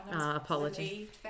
Apology